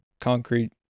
concrete